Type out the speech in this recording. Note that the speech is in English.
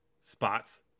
spots